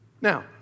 Now